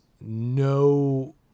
no